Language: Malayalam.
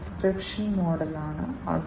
സ്റ്റാൻഡേർഡ് വ്യത്യാസം ഉണ്ടായിരിക്കണം